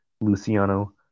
Luciano